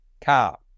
car